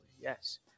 Yes